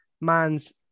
man's